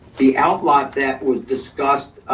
the outline that was discussed,